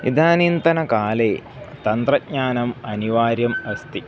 इदानींतनकाले तन्त्रज्ञानम् अनिवार्यम् अस्ति